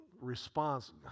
response